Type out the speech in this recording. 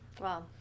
Wow